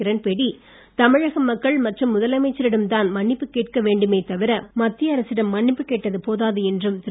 கிரண்பேடி தமிழக மக்கள் மற்றும் முதலமைச்சரிடம்தான் மன்னிப்பு கேட்கவேண்டுமே தவிர மத்திய அரசிடம் மன்னிப்பு கேட்டது போதாது என்றும் திரு